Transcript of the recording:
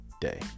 day